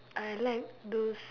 I like those